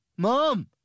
Mom